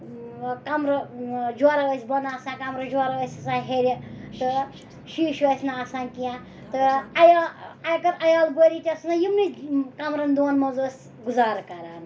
کَمرٕ جوراہ ٲسۍ بۄنہٕ آسان کَمرٕ جوراہ ٲسۍ آسان ہیٚرِ تہٕ شیٖشہٕ ٲسۍ نہٕ آسان کینٛہہ تہٕ عیال اَگَر عیال بٲری تہِ ٲس آسان یِمنٕے کَمرَن دۄن منٛز ٲس گُزارٕ کَران